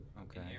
Okay